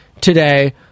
today